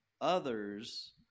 others